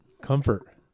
Comfort